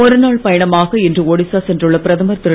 ஒருநாள் பயணமாக இன்று ஒடிசா சென்றுள்ள பிரதமர் திரு